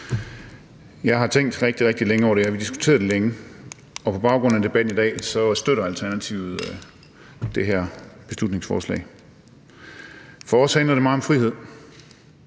Jeg har tænkt rigtig, rigtig længe over det her, og vi har diskuteret det længe, og på baggrund af debatten i dag støtter Alternativet det her beslutningsforslag. For os handler det meget om frihed.